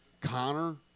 Connor